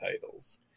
titles